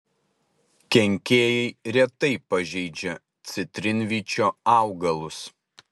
kenkėjai retai pažeidžia citrinvyčio augalus